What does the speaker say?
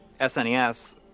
SNES